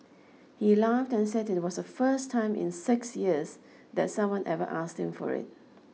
he laughed and said it was the first time in six years that someone ever asked him for it